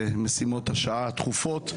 משימות השעה התכופות,